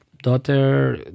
daughter